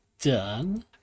done